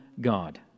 God